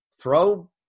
throw